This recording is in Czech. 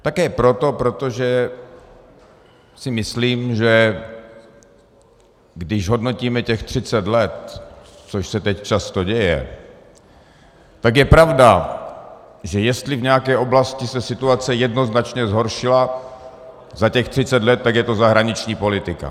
Také proto, protože si myslím, že když hodnotíme těch třicet let, což se teď často děje, tak je pravda, že jestli v nějaké oblasti se situace jednoznačně zhoršila za těch třicet let, tak je to zahraniční politika.